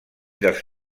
dels